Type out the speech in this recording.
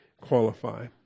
qualify